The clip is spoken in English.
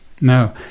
no